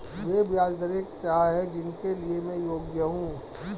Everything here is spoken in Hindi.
वे ब्याज दरें क्या हैं जिनके लिए मैं योग्य हूँ?